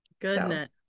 goodness